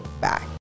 back